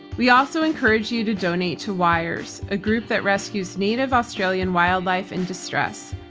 we also encourage you to donate to wires, a group that rescues native australian wildlife in distress.